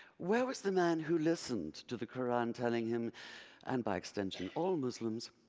where was the man who listened to the quran telling him and by extension all muslims,